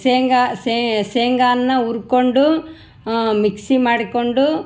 ಶೇಂಗಾ ಶೇಂಗಾನ್ನ ಹುರ್ಕೊಂಡು ಮಿಕ್ಸಿ ಮಾಡಿಕೊಂಡು